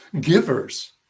givers